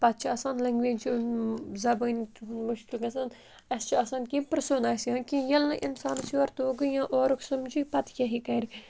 پَتہٕ چھِ آسان لینٛگویج زَبٲنۍ تہِ ہُنٛد مُشکِل گَژھان اَسہِ چھُ آسان کینٛہہ پِرٛژھُن آسہِ یا کینٛہہ ییٚلہِ نہٕ اِنسانَس یورٕ توٚگٕے یا اورُک سَمجھی پَتہٕ کے ہے کَرِ